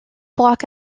block